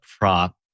prop